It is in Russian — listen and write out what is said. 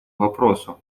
вопросу